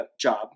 job